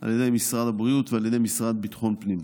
על ידי משרד הבריאות ועל ידי המשרד לביטחון הפנים.